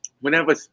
whenever